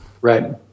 Right